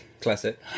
classic